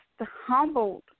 humbled